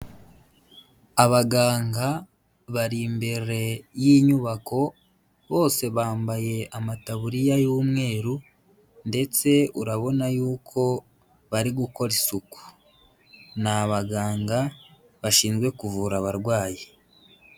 Abaganga bari imbere y'inyubako, bose bambaye amataburiya y'umweru ndetse urabona y'uko bari gukora isuku, ni abaganga bashinzwe kuvura abarwayi.